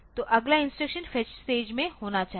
तो अगला instruction fetch stage में होना चाहिए